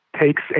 takes